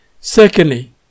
Secondly